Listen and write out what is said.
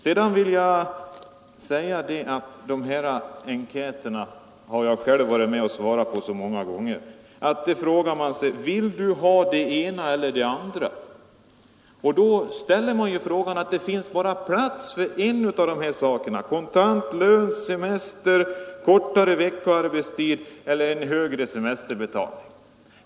Sådana här enkäter har jag själv varit med och svarat på många gånger. Frågan är alltid: Vill du ha det ena eller det andra? Sedan drar man slutsatsen att det finns bara plats för förbättring i ett avseende: kontantlön, semester, kortare arbetsveckotid eller högre semesterersättning.